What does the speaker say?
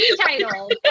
title